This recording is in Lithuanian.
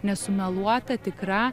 nesumeluota tikra